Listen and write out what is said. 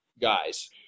Guys